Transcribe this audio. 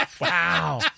Wow